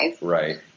Right